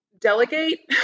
delegate